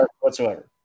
whatsoever